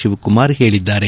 ಶಿವಕುಮಾರ್ ಹೇಳಿದ್ದಾರೆ